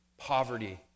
Poverty